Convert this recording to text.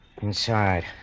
Inside